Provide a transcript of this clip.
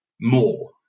more